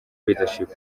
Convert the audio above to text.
leadership